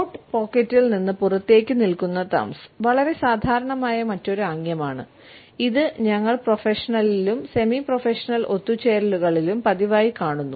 coat പോക്കറ്റിൽ നിന്ന് പുറത്തേക്കു നിൽക്കുന്ന തംബ്സ് വളരെ സാധാരണമായ മറ്റൊരു ആംഗ്യമാണ് ഇത് ഞങ്ങൾ പ്രൊഫഷണലിലും സെമി പ്രൊഫഷണൽ ഒത്തുചേരലുകളിലും പതിവായി കാണുന്നു